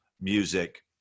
music